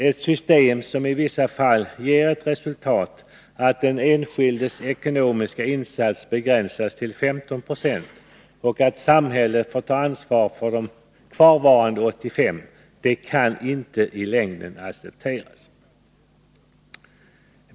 Ett system som i vissa fall ger till resultat att den enskildes ekonomiska insats begränsas till 15 26 och att samhället får ta ansvar för resterande 85 20 kan inte i längden accepteras.